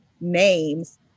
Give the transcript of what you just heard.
names